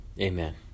Amen